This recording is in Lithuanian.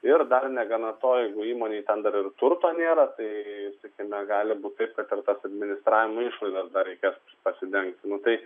ir dar negana toj įmonėj ten dar ir turto nėra tai sakykime gali būti taip kad ten tas administravimo išlaidas dar reikės pasidengti nu tai